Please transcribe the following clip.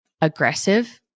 aggressive